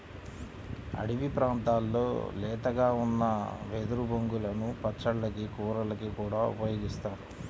అడివి ప్రాంతాల్లో లేతగా ఉన్న వెదురు బొంగులను పచ్చళ్ళకి, కూరలకి కూడా ఉపయోగిత్తారు